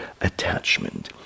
attachment